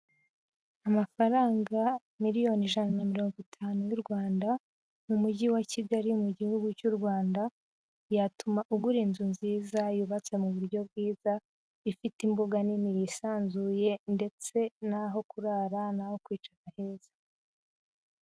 Amafaranga miliyoni ijana na mirongo itanu y'u Rwanda, mu Mujyi wa Kigali mu gihugu cy'u Rwanda, yatuma ugura inzu nziza yubatse mu buryo bwiza, ifite imbuga nini yisanzuye ndetse n'aho kurara n'aho kwicara heza.